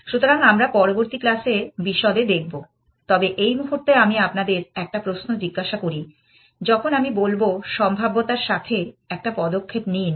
সুতরাং আমরা পরবর্তী ক্লাসে বিশদে দেখব তবে এই মুহুর্তে আমি আপনাদের একটা প্রশ্ন জিজ্ঞাসা করি যখন আমি বলব সম্ভাব্যতার সাথে একটা পদক্ষেপ নিন